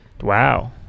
Wow